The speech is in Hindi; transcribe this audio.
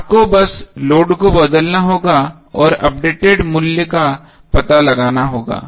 आपको बस लोड को बदलना होगा और अपडेटेड मूल्य का पता लगाना होगा